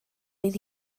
fydd